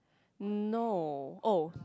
mm no oh